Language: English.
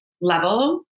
level